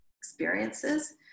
experiences